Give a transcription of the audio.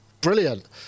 Brilliant